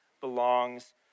belongs